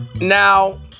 Now